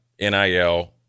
NIL